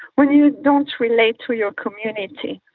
when you don't relate to your community.